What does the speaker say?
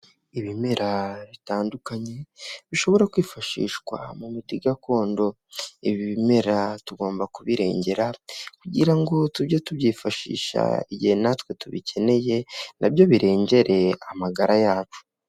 Ibimera bitandukanye bishobora kwifashishwa mu miti gakondo, ibi ibimera tugomba kubirengera kugira ngo tujye tubyifashisha igihe natwe tubikeneye nabyo birengere amagara yacu.